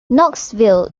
knoxville